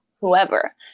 whoever